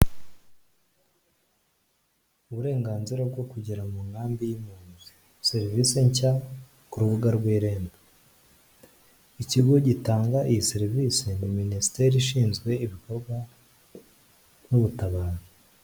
Uburenganzira bwo kugera mu nkambi y'impuzi serivisi nshya ku urubuga rw'irembo, ikigo gitanga iyi serivisi ni minisiteri ishinzwe ibikorwa nk'ubutabazi.